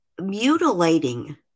Mutilating